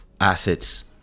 assets